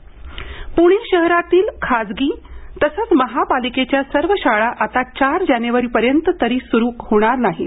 शाळा प्णे शहरातील खाजगी तसंच महापालिकेच्या सर्व शाळा आता चार जानेवारीपर्यंत तरी सुरू होणार नाहीत